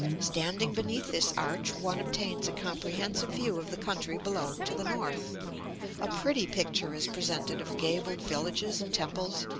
standing beneath this arch one obtains a comprehensive view of the country below to the north a pretty picture is presented of gabled villages and temples,